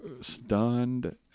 stunned